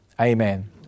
Amen